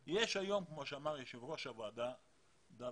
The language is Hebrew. כמו שאמר יושב ראש הוועדה יש